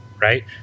right